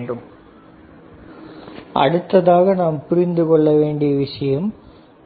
RsRt22Rf 2Rt2100M 222 அடுத்ததாக நாம் புரிந்து கொள்ள வேண்டிய விஷயம்